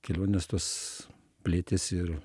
kelionės tos plėtėsi ir